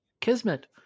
Kismet